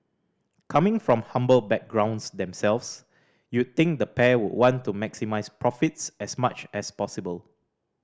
coming from humble backgrounds themselves you'd think the pair would want to maximise profits as much as possible